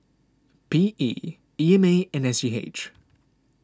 P E E M A and S G H